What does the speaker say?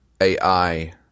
AI